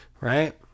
right